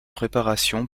préparation